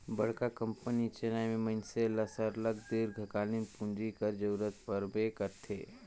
बड़का कंपनी चलाए में मइनसे ल सरलग दीर्घकालीन पूंजी कर जरूरत परबे करथे